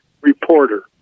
reporter